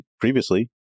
previously